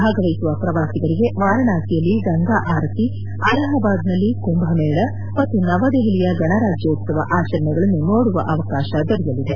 ಭಾಗವಹಿಸುವ ಪ್ರವಾಸಿಗರಿಗೆ ವಾರಣಾಸಿಯಲ್ಲಿ ಗಂಗಾ ಆರತಿ ಅಲಹಾಬಾದ್ನಲ್ಲಿ ಕುಂಭಮೇಳ ಮತ್ತು ನವದೆಹಲಿಯ ಗಣರಾಜ್ನೋತ್ತವ ಆಚರಣೆಗಳನ್ನು ನೋಡುವ ಅವಕಾಶ ದೊರೆಯಲಿದೆ